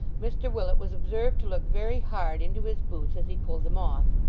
mr willet was observed to look very hard into his boots as he pulled them off,